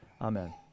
Amen